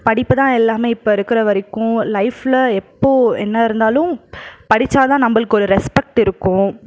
படிப்புதான் எல்லாமே இப்போ இருக்கிற வரைக்கும் லைஃப்பில் எப்போது என்ன இருந்தாலும் படிச்சால் தான் நம்மளுக்கு ஒரு ரெஸ்பெக்ட் இருக்கும்